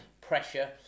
pressure